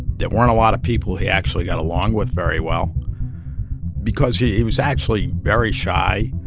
there weren't a lot of people he actually got along with very well because he was actually very shy.